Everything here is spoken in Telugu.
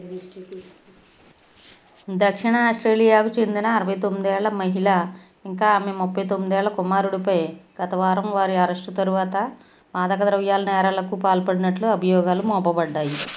దక్షిణ ఆస్ట్రేలియాకు చెందిన అరవై తొమ్మిదేళ్ళ మహిళ ఇంకా ఆమె ముప్పై తొమ్మిదేళ్ళ కుమారుడిపై గత వారం వారి అరెస్టు తరువాత మాదకద్రవ్యాల నేరాలకు పాల్పడినట్లు అభియోగాలు మోపబడ్డాయి